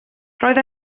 roedd